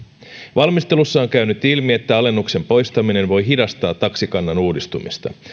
valmistelussa on käynyt ilmi että alennuksen poistaminen voi hidastaa taksikannan uudistumista